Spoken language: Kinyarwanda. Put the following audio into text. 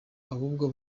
ahubwo